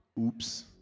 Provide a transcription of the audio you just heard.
oops